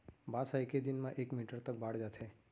बांस ह एके दिन म एक मीटर तक बाड़ जाथे